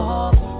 off